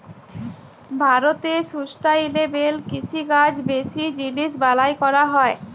ভারতে সুস্টাইলেবেল কিষিকাজ বেশি জিলিস বালাঁয় ক্যরা হ্যয়